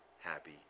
happy